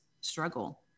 struggle